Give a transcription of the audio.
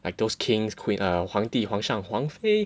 like those kings queen are 皇帝皇上皇妃